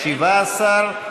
17,